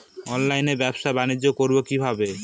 অনলাইনে ব্যবসা বানিজ্য করব কিভাবে?